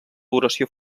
oració